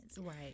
Right